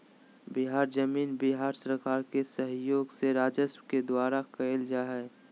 बिहार जमीन बिहार सरकार के सहइोग से राजस्व के दुऔरा करल जा हइ